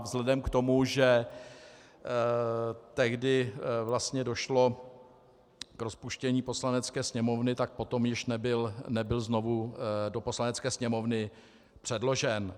Vzhledem k tomu, že tehdy vlastně došlo k rozpuštění Poslanecké sněmovny, tak potom již nebyl znovu do Poslanecké sněmovny předložen.